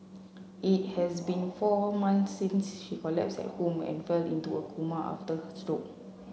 it has been four months since she collapsed at home and fell into a coma after her stroke